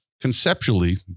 conceptually